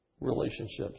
relationships